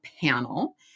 panel